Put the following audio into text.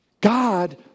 God